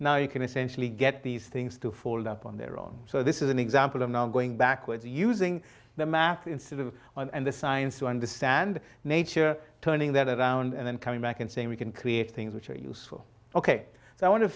now you can essentially get these things to fold up on their own so this is an example i'm now going backwards using the math instead of one and the science to understand nature turning that around and then coming back and saying we can create things which are useful ok i want to